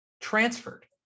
transferred